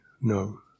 No